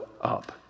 up